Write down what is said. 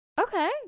Okay